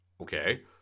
Okay